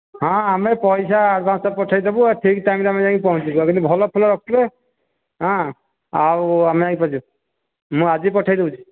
ହଁ ଆମେ ପଇସା ଆଡ଼ଭାନ୍ସରେ ପଠାଇଦବୁ ଠିକ୍ ଟାଇମ୍ରେ ଆମେ ଯାଇ ପହଞ୍ଚିବୁ ଆଉ କିନ୍ତୁ ଭଲ ଫୁଲ ରଖିଥିବେ ହଁ ଆଉ ଆମେ ଯାଇ ପହଞ୍ଚିବୁ ମୁଁ ଆଜି ପଠାଇ ଦେଉଛି